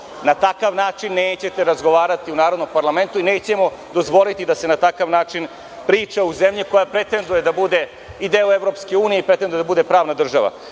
na takav način nećete razgovarati u narodnom parlamentu i nećemo dozvoliti da se na takav način priča u zemlji koja pretenduje da bude i deo EU i pretenduje da bude pravna država. Ispade